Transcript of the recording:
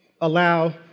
allow